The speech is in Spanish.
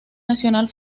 nacional